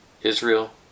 Israel